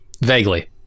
vaguely